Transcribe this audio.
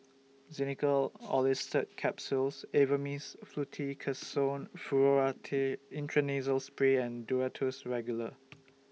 Xenical Orlistat Capsules Avamys Fluticasone Furoate Intranasal Spray and Duro Tuss Regular